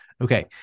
Okay